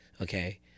okay